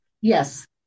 Yes